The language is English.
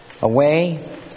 away